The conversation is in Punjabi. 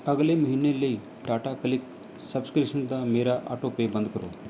ਅਗਲੇ ਮਹੀਨੇ ਲਈ ਟਾਟਾ ਕਲਿੱਕ ਸਬਸਕ੍ਰਿਪਸ਼ਨ ਦਾ ਮੇਰਾ ਆਟੋਪੇਅ ਬੰਦ ਕਰੋ